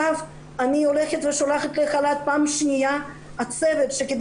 אני הולכת ושולחת לחל"ת בפעם השניה את הצוות שכדי